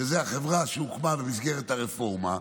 שזו החברה שהוקמה במסגרת הרפורמה,